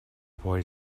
boy